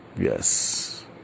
Yes